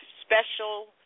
Special